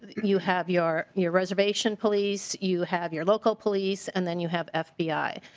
you have your your reservation police. you have your local police and then you have fbi.